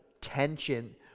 tension